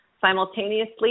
simultaneously